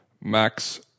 Max